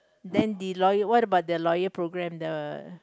then the lawyer what about the lawyer program the